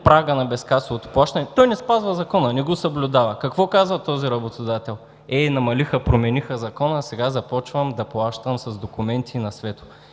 прагът на безкасовото плащане, той не спазва закона, не го съблюдава. Какво казва този работодател? „Ей, промениха закона, сега започвам да плащам с документи на светло“.